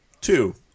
Two